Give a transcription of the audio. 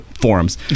forums